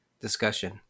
discussion